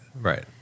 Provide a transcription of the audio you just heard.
Right